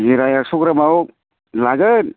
Jiraiya X ग्रामाव लागोन